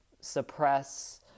suppress